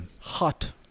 hot